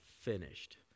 finished